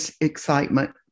excitement